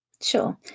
Sure